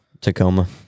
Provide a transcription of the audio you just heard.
Tacoma